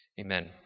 Amen